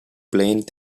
plate